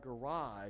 garage